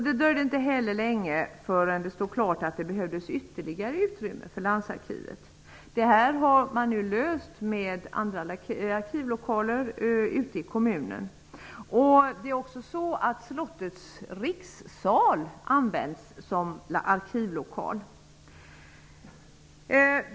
Det dröjde inte länge förrän det stod klart att det behövdes ytterligare utrymme för landsarkivet. Det problemet har man nu löst genom att använda andra arkivlokaler ute i kommunen. Också slottets rikssal används som arkivlokal.